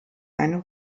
eine